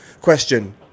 Question